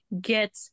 get